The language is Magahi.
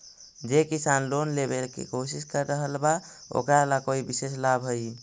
जे किसान लोन लेवे के कोशिश कर रहल बा ओकरा ला कोई विशेष लाभ हई?